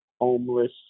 homeless